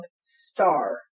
star